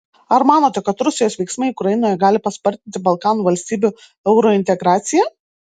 ar manote kad rusijos veiksmai ukrainoje gali paspartinti balkanų valstybių eurointegraciją